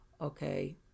okay